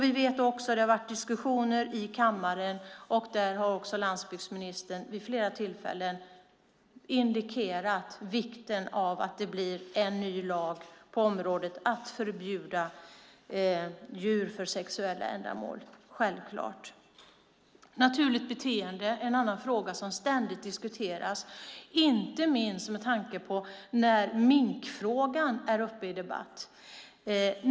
Vi vet också att det har förts diskussioner i kammaren om detta, och landsbygdsministern har vid flera tillfällen indikerat vikten av en ny lag på området när det gäller förbud mot utnyttjande av djur för sexuella ändamål. Det är självklart. Naturligt beteende är en annan fråga som ständigt diskuteras, inte minst med tanke på när minkfrågan är uppe till debatt.